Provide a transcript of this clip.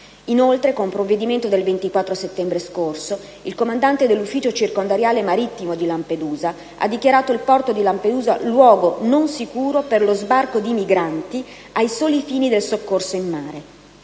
Inoltre, con provvedimento del 24 settembre scorso il comandante dell'ufficio circondariale marittimo di Lampedusa ha dichiarato il porto di Lampedusa luogo non sicuro per lo sbarco di migranti ai soli fini del soccorso in mare.